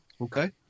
Okay